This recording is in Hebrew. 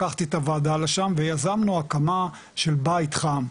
לקחתי את הוועדה לשם ויזמנו הקמה של 'בית חם',